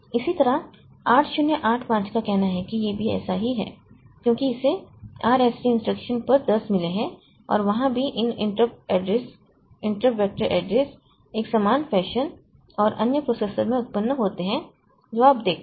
इसी तरह 8085 का कहना है कि यह भी ऐसा ही है क्योंकि इसे आर एस टी इंस्ट्रक्शन पर दस मिले हैं और वहाँ भी इन interrupt address interrupt vector address एक समान फैशन और अन्य प्रोसेसर में उत्पन्न होते हैं जो आप देखते हैं